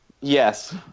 Yes